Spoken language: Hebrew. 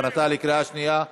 (פטור ממס לרשות מקומית